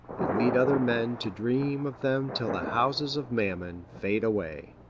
and lead other men to dream of them till the houses of mammon fade away.